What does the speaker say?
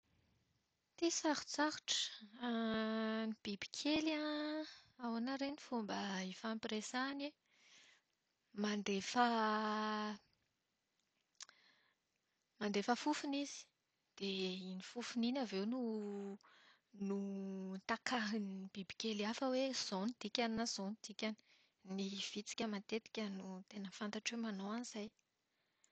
Ity sarotsarotra. Ny bibikely an, ahoana re ny fomba hifampiresahany e? Mandefa mandefa fofona izy. Dia iny fofona iny avy eo no no takarin'ny bibikely hafa hoe izao no dikany na izao no dikany. Ny vitsika matetika no tena fantatro hoe manao an'izay.